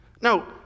No